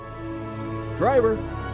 Driver